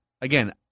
again